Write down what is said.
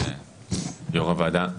יו"ר הוועדה,